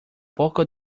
poco